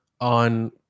on